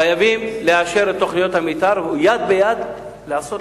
חייבים לאשר את תוכניות המיתאר ובד בבד לעשות